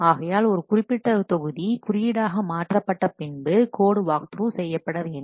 ஆகையால் ஒரு குறிப்பிட்ட தொகுதி குறியீடாக மாற்றப்பட்ட பின்பு கோட் வாக்த்ரூ செய்யப்படவேண்டும்